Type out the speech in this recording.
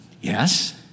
Yes